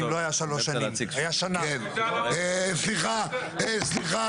לא ידעתי אפילו מאיפה אתה.